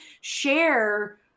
share